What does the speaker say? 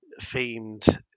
themed